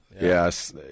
Yes